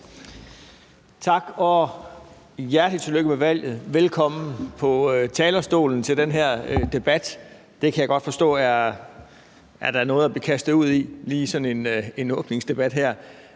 Tak. Og hjertelig tillykke med valget, velkommen på talerstolen til den her debat. Det kan jeg godt forstå er noget at blive kastet ud i, altså lige sådan en åbningsdebat her.